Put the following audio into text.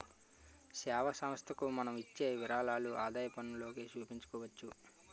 సేవా సంస్థలకు మనం ఇచ్చే విరాళాలు ఆదాయపన్నులోకి చూపించుకోవచ్చు